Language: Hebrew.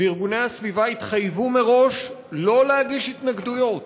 וארגוני הסביבה התחייבו מראש שלא להגיש התנגדויות,